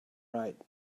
right